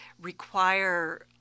require